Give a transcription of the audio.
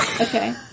Okay